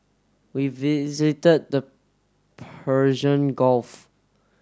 we visited the Persian Gulf